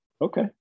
Okay